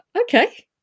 okay